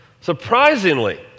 Surprisingly